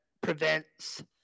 prevents